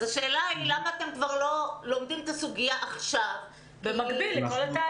השאלה היא למה אתם לא לומדים את הסוגיה כבר עכשיו במקביל לתהליך?